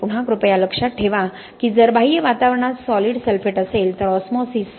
पुन्हा कृपया लक्षात ठेवा की जर बाह्य वातावरणात सॉलिड सल्फेट असेल तर ऑस्मोसिस osmosis